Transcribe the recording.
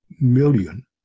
million